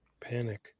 Panic